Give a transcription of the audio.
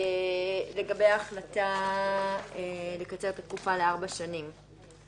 לגבי ההחלטה לקצר את תקופת ההתיישנות לארבע שנים